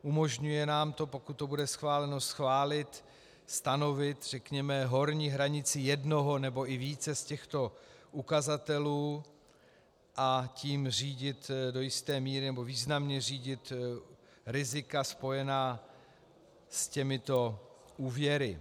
Umožňuje nám to, pokud to bude schváleno, schválit, stanovit, řekněme, horní hranici jednoho nebo i více z těchto ukazatelů, a tím řídit do jisté míry nebo významně řídit rizika spojená s těmito úvěry.